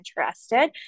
interested